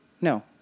No